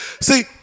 See